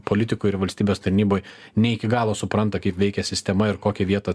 politikojr valstybės tarnyboj ne iki galo supranta kaip veikia sistema ir kokią vietą